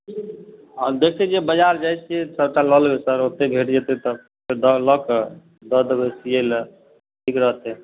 हँ देखै छिए बजार जाए छिए तऽ ओतए लै लेबै सर ओतए भेटि जएतै तऽ फेर दऽ लऽ के दऽ देबै सिए ले ठीक रहतै